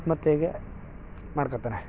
ಆತ್ಮಹತ್ಯೆಗೆ ಮಾಡ್ಕೊಳ್ತಾನೆ